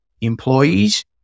employees